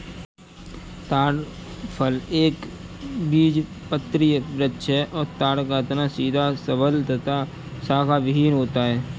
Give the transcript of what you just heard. ताड़ फल एक बीजपत्री वृक्ष है और ताड़ का तना सीधा सबल तथा शाखाविहिन होता है